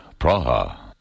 Praha